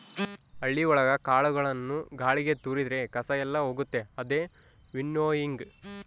ಹಳ್ಳಿ ಒಳಗ ಕಾಳುಗಳನ್ನು ಗಾಳಿಗೆ ತೋರಿದ್ರೆ ಕಸ ಎಲ್ಲ ಹೋಗುತ್ತೆ ಅದೇ ವಿನ್ನೋಯಿಂಗ್